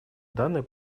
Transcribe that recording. данный